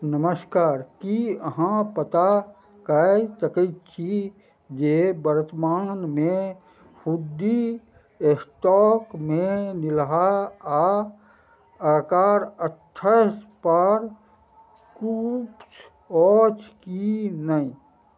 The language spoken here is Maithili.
नमस्कार की अहाँ पता कए सकैत छी जे वर्तमानमे हुद्दी स्टॉकमे नीलहा आओर आकार अठाइसपर किछु अछि की नहि